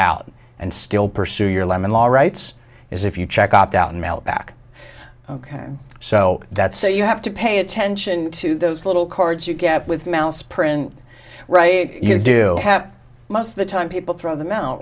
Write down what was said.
out and still pursue your lemon law rights is if you check opt out and mail it back ok so that say you have to pay attention to those little cards you get with mouse print right you do have most of the time people throw them out